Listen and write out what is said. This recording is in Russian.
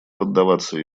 поддаваться